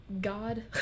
god